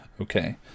Okay